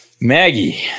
Maggie